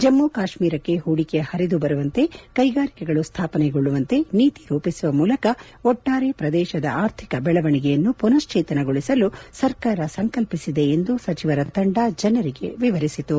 ಜಮ್ಮ ಕಾಶ್ಮೀರಕ್ಕೆ ಹೂಡಿಕೆ ಹರಿದುಬರುವಂತೆ ಕೈಗಾರಿಕೆಗಳು ಸ್ಥಾಪನೆಗೊಳ್ಳುವಂತೆ ನೀತಿ ರೂಪಿಸುವ ಮೂಲಕ ಒಟ್ಟಾರೆ ಪ್ರದೇಶದ ಆರ್ಥಿಕ ಬೆಳವಣಿಗೆಯನ್ನು ಪುನಶ್ವೇತನಗೊಳಿಸಲು ಸರ್ಕಾರ ಸಂಕಲ್ಪಿಸಿದೆ ಎಂದು ಸಚಿವರ ತಂಡ ಜನರಿಗೆ ವಿವರಿಸಿತು